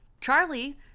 Charlie